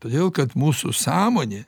todėl kad mūsų sąmonė